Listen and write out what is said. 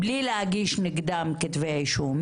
בלי להגיש נגדן כתבי אישום.